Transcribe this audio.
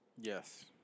Yes